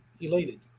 elated